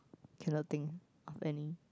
cannot think of any